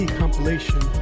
compilation